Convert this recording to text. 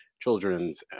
children's